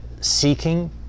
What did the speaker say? seeking